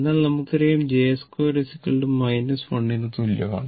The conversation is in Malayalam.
എന്നാൽ നമുക്കറിയാം j2 1 ന് തുല്യമാണ്